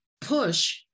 push